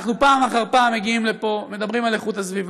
אנחנו פעם אחר פעם מגיעים לפה, מדברים על הסביבה,